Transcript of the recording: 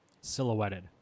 silhouetted